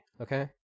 okay